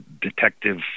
Detective